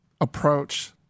approach